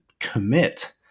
Commit